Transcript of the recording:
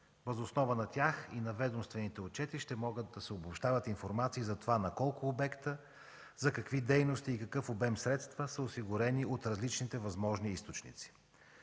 Въз основа на тях и на ведомствените отчети ще могат да се обобщават информации за колко обекта, за какви дейности и какъв обем средства са осигурени от различните възможни източници.